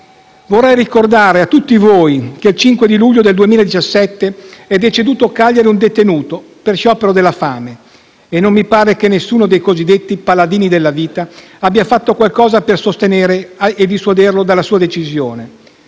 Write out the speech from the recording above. Vorrei ricordare a tutti voi che il 5 luglio 2017 è deceduto a Cagliari un detenuto per sciopero della fame e mi pare che nessuno dei cosiddetti paladini della vita abbia fatto qualcosa per sostenerlo e dissuaderlo dalla sua decisione.